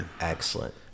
Excellent